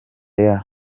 year